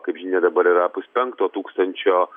kaip žinia dabar yra puspenkto tūkstančio